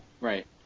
Right